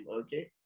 Okay